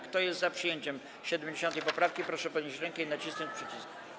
Kto jest za przyjęciem 70. poprawki, proszę podnieść rękę i nacisnąć przycisk.